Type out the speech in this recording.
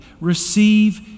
Receive